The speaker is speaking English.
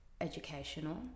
educational